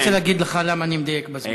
אני לא רוצה להגיד לך למה אני מדייק בזמן.